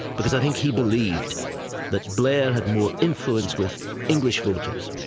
because i think he believed that blair had more influence with english voters,